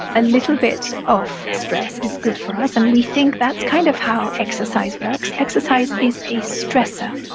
a little bit of stress is good for us and we think that's kind of how exercise works. exercise is a stressor.